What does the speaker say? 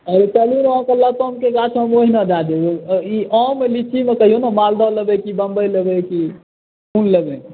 अच्छा चलू अहाँकेँ लतामके गाछ हम ओहिना दए देब ई आम लीचीमे कहियौ ने मालदह लेबै कि बम्बइ लेबै कि कोन लेबै